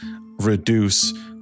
reduce